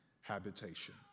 habitation